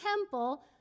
temple